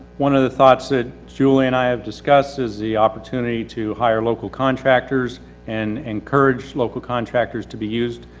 one of the thoughts that julie and i have discuss is the opportunity to hire local contractors and encourage local contractors to be used.